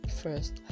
first